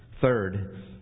Third